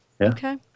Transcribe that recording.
Okay